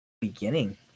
beginning